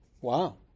Wow